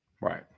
Right